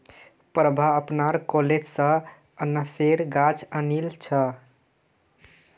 प्रभा अपनार कॉलेज स अनन्नासेर गाछ आनिल छ